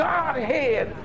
Godhead